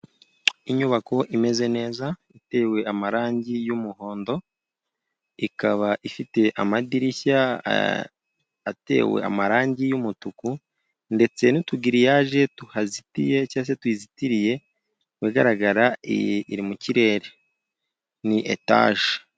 Inyubako imeze neza, itewe amarangi y'umuhondo, ikaba ifite amadirishya atewe amarangi y'umutuku, ndetse n'utugiriyage tuhazitiye cyangwa tuyizitiriye, ku bigaragara iyi iri mu kirere. Ni etaje.